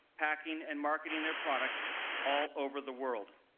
packing and marketing their products all over the world.